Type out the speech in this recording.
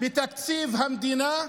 בתקציב המדינה.